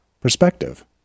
perspective